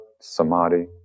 samadhi